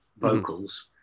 vocals